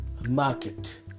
market